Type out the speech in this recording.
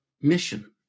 mission